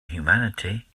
humanity